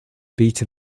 beta